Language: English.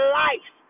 life